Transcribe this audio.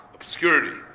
obscurity